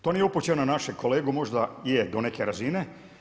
To nije uopćeno na našeg kolegu, možda je do neke razine.